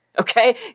Okay